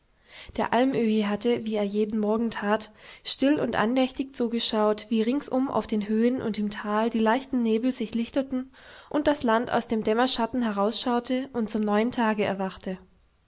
der almöhi hatte wie er jeden morgen tat still und andächtig zugeschaut wie ringsum auf den höhen und im tal die leichten nebel sich lichteten und das land aus dem dämmerschatten herausschaute und zum neuen tage erwachte